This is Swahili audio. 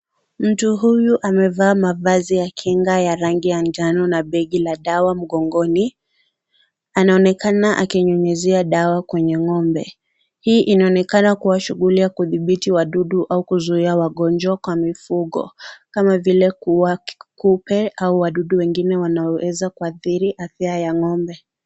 Mtu huyu amevaa mavazi ya kinga ya rangi ya njano na begi la dawa mgongoni. Anaonekana akinyunyizia dawa kwenye ng'ombe. Hii inaonekana kuwa shughuli ya kudhibiti wadudu au kuzuia wagonjwa kwa mifugo. Kama vile kuuwa kupe au wadudu wengine wanaoweza kuathiri afya ya ng'ombe.